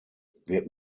wird